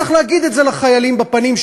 צריך להגיד את זה לחיילים בפנים,